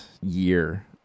year